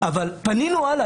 פנינו הלאה,